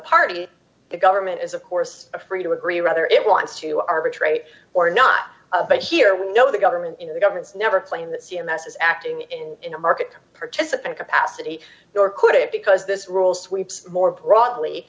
party the government is of course free to agree rather it wants to arbitrate or not but here we know the government you know the government's never claim that c m s is acting in a market participant capacity nor could it because this rule sweeps more broadly